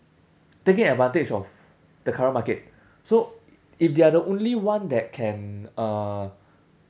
taking advantage of the current market so if they are the only one that can uh